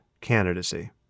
candidacy